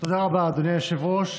תודה רבה, אדוני היושב-ראש.